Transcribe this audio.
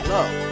Love